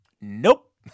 Nope